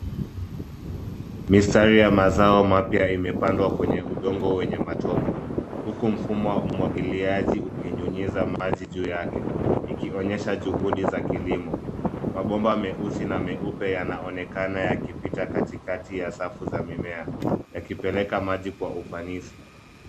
Mistari ya mazao mapya imepandwa kwenye udongo wenye matope huku mfumo wa umwagiliaji ukinyunyiza maji juu yake, ikionyesha juhudi za kilimo. Mabomba meusi na meupe yanaonekana yakipita katikati ya safu za mimea yakipeleka maji kwa ufanisi.